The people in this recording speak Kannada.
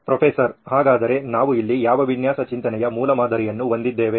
ಪ್ರೊಫೆಸರ್ ಹಾಗಾದರೆ ನಾವು ಇಲ್ಲಿ ಯಾವ ವಿನ್ಯಾಸ ಚಿಂತನೆಯ ಮೂಲಮಾದರಿಯನ್ನು ಹೊಂದಿದ್ದೇವೆ